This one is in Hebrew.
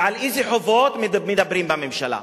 ועל איזה חובות מדברים בממשלה?